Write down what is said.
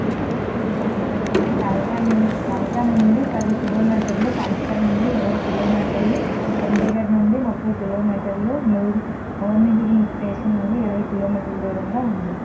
ఇది కల్కా నుండి ఇది కల్కా నుండి పది కిలోమీటర్లు పంచకుల నుండి ఇరవై కిలోమీటర్లు చండీగఢ్ నుండి ముప్పై కిలోమీటర్లు మోర్ని హిల్ స్టేషన్ నుండి ఇరవై కిలోమీటర్ల దూరంలో ఉంది